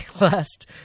last